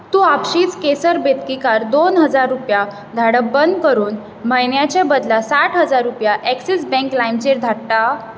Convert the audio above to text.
तूं आपशींच केसर बेतकीकाराक दोन हजार रुपया धाडप बंद करून म्हयन्याचे बदला साठ हजार रुपया ॲक्सिस बँक लायमचेर धाडटा